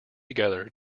together